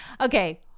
Okay